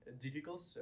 difficult